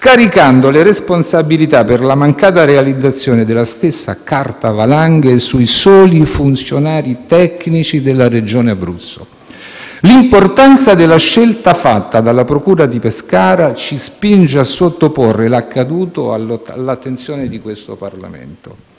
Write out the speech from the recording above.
scaricando le responsabilità per la mancata realizzazione della stessa carta valanghe sui soli funzionari tecnici della Regione Abruzzo. L'importanza della scelta fatta dalla procura di Pescara ci spinge a sottoporre l'accaduto all'attenzione di questo Parlamento.